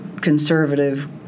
conservative